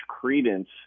credence